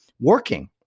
working